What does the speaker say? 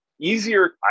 easier